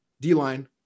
D-line